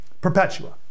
Perpetua